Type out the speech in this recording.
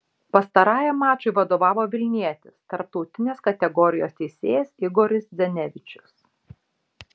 pastarajam mačui vadovavo vilnietis tarptautinės kategorijos teisėjas igoris zenevičius